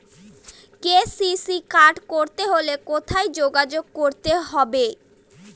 KCC card করতে হলে কোথায় যোগাযোগ করতে হবে?